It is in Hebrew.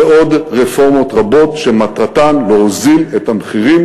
ועוד רפורמות רבות שמטרתן להוריד את המחירים